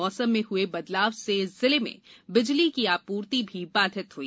मौसम में हुए बदलाव से जिले में बिजली की आपूर्ति भी बाधित हुई